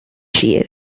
she